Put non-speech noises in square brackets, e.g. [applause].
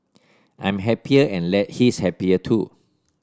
I'm happier and [unintelligible] he's happier too